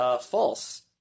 false